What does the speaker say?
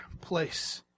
place